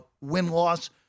win-loss